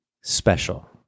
special